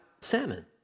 salmon